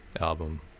album